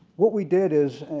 what we did is,